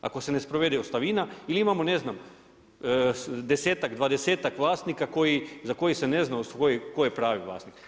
Ako se ne sprovede ostavina, ili imamo ne znam, desetak, dvadesetak vlasnika za koje se ne zna tko je pravi vlasnik.